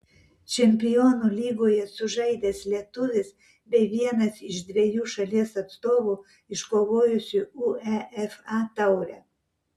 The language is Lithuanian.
čempionų lygoje sužaidęs lietuvis bei vienas iš dviejų šalies atstovų iškovojusių uefa taurę